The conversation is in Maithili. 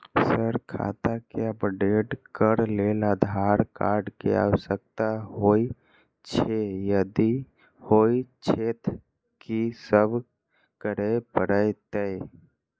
सर खाता केँ अपडेट करऽ लेल आधार कार्ड केँ आवश्यकता होइ छैय यदि होइ छैथ की सब करैपरतैय?